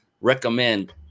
recommend